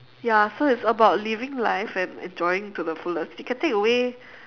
ya so it's about living life and enjoying to the fullest you can take away